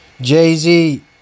Jay-Z